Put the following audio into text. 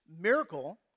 miracle